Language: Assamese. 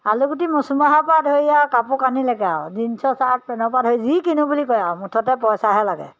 আলুগুটি মচুৰমাহৰ পৰা ধৰি আৰু কাপোৰ কানিলৈকে আৰু জিন্সৰ ছাৰ্ট পেনৰ পৰা ধৰি যি কিনো বুলি কয় আৰু মুঠতে পইচাহে লাগে